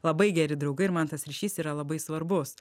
labai geri draugai ir man tas ryšys yra labai svarbus